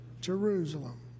Jerusalem